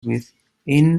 within